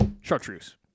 Chartreuse